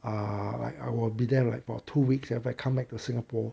uh I I will be there like about two weeks if I come back to singapore